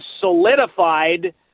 solidified